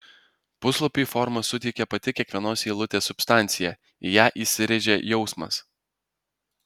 puslapiui formą suteikė pati kiekvienos eilutės substancija į ją įsirėžė jausmas